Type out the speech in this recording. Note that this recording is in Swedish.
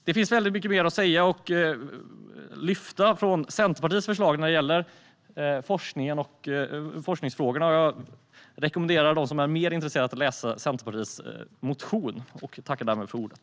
Det finns väldigt mycket mer att säga och lyfta fram från Centerpartiets förslag när det gäller forskningen och forskningsfrågorna. Jag rekommenderar dem som är mer intresserade att läsa Centerpartiets motion och tackar därmed för ordet.